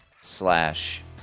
slash